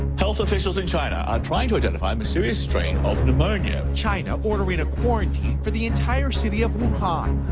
health officials in china are trying to identify a mysterious strain of pneumonia. china, ordering a quarantine for the entire city of wuhan, ah